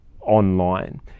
online